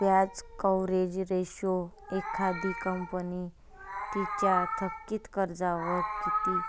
व्याज coverage ratio एखादी company तिच्या थकित कर्जावर किती